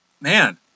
man